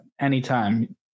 anytime